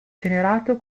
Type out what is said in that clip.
generato